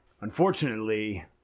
Unfortunately